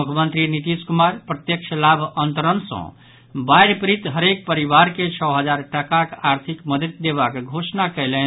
मुख्यमंत्री नीतीश कुमार प्रत्यक्ष लाभ अंतरण सँ बाढ़ि पीड़ित हरेक परिवार के छओ हजार टाकाक आर्थिक मददि देबाक घोषणा कयलनि